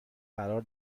قرار